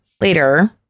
later